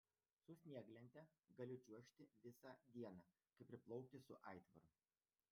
su snieglente galiu čiuožti visą dieną kaip ir plaukti su aitvaru